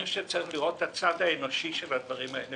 אני חושב שצריך לראות את הצד האנושי של הדברים האלה,